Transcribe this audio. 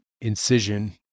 incision